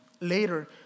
later